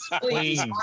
please